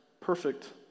perfect